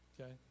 Okay